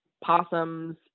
possums